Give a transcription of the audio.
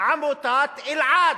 עמותת אלע"ד,